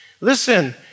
Listen